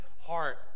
heart